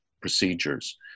procedures